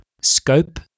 scope